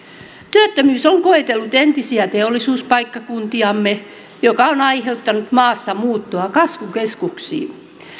työttömyys on koetellut entisiä teollisuuspaikkakuntiamme mikä on aiheuttanut maassamuuttoa kasvukeskuksiin